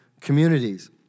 communities